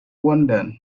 wander